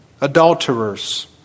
adulterers